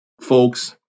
Folks